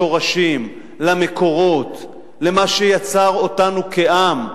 לשורשים, למקורות, למה שיצר אותנו כעם,